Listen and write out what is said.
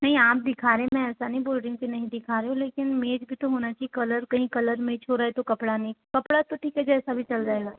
नहीं आप दिखा रहे हैं मैं ऐसा नहीं बोल रहीं हूँ कि नहीं दिखा रहे लेकिन मेच भी तो होना चाहिए कहीं कलर मेच हो रहा है तो कपड़ा नहीं कपड़ा तो ठीक हैं जैसा भी चल जायेगा